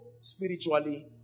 spiritually